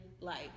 life